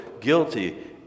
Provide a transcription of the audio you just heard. guilty